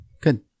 good